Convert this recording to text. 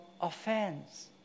Offense